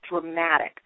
dramatic